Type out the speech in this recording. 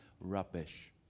rubbish